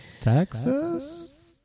Texas